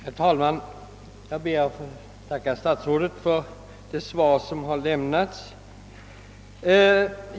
Herr talman! Jag ber att få tacka statsrådet för det lämnade svaret.